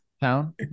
town